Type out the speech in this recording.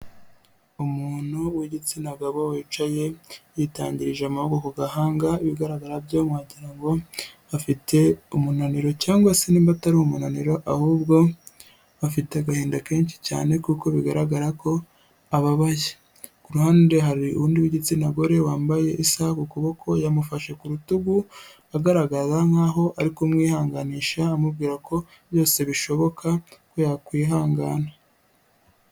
Umuntu w'igitsina gabo wicaye yitangirije amaboko ku gahanga, ibigaragara byo wagira ngo afite umunaniro cyangwa se niba atari umunaniro ahubwo afite agahinda kenshi cyane kuko bigaragara ko ababaye. Ku ruhande hari undi w'igitsina gore wambaye isaha ku kuboko yamufashe ku rutugu, agaragaza nkaho ari kumwihanganisha amubwira ko byose bishoboka ko yakwihangana.